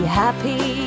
happy